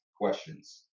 questions